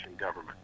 government